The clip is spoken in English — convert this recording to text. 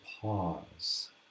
pause